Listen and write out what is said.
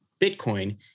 Bitcoin